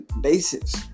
basis